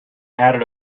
added